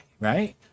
right